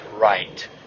right